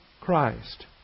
Christ